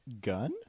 gun